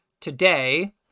today